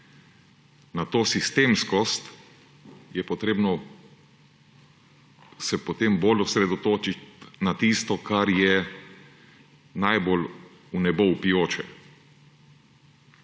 na to sistemskost, se je treba potem bolj osredotočiti na tisto, kar je najbolj vnebovpijoče.